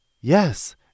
Yes